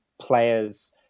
players